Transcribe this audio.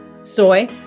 Soy